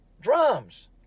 Drums